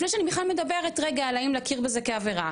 לפני שאני בכלל מדברת רגע על האם להכיר בזה כעבירה,